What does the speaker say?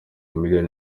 miliyoni